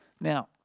Now